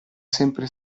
sempre